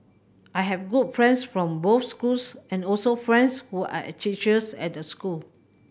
I have good friends from both schools and also friends who are a teachers at the school